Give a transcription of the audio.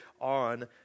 on